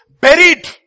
buried